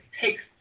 takes